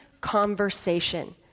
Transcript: conversation